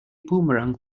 boomerang